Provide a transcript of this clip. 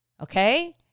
okay